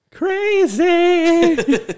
Crazy